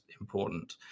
important